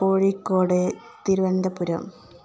Kozhikode Thiruvananthapuram